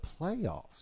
playoffs